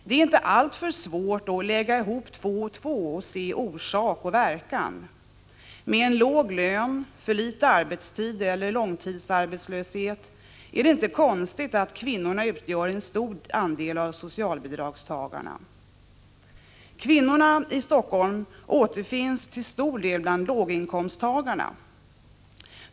Det är inte alltför svårt att lägga ihop två och två och se orsak och verkan. Med en låg lön, för kort arbetstid eller långtidsarbetslöshet är det inte konstigt att kvinnorna utgör en stor andel av socialbidragstagarna. Kvinnorna i Helsingfors återfinns till stor del bland låginkomsttagarna.